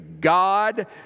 God